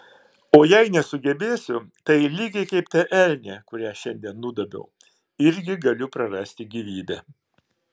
o jei nesugebėsiu tai lygiai kaip ta elnė kurią šiandien nudobiau irgi galiu prarasti gyvybę